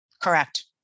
Correct